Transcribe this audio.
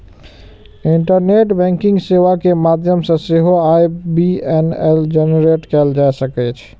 internet banking सेवा के माध्यम सं सेहो आई.बी.ए.एन जेनरेट कैल जा सकै छै